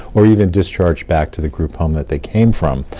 or even discharged back to the group home that they came from.